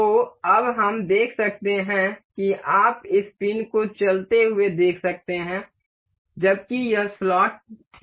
तो अब हम देख सकते हैं कि आप इस पिन को चलते हुए देख सकते हैं जबकि यह स्लॉट ठीक रहता है